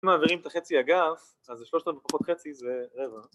כשמעבירים את החצי אגף, אז זה שלושת רבעי פחות חצי זה רבע